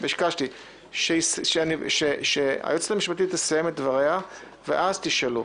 ביקשתי שהיועצת המשפטית תסיים את דבריה ואז תשאלו.